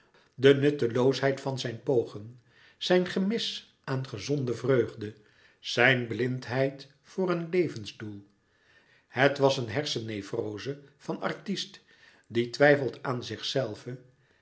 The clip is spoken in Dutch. de nutteloosheid van zijn pogen zijn gemis aan gezonde vreugde zijn blindheid voor een levensdoel het was een hersennevroze van artist die twijfelt aan zichzelven